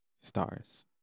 stars